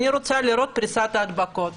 אני רוצה לראות את פריסת ההדבקות.